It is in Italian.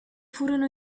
furono